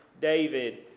David